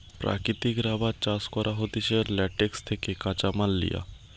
প্রাকৃতিক রাবার চাষ করা হতিছে ল্যাটেক্স থেকে কাঁচামাল লিয়া